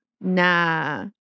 nah